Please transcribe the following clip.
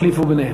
החליפו ביניהם.